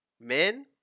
men